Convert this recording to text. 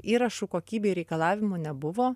įrašų kokybei reikalavimų nebuvo